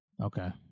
Okay